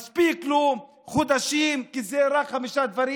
מספיקים לו חודשים, כי זה רק חמישה דברים.